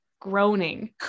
groaning